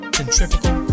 Centrifugal